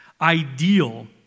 ideal